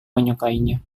menyukainya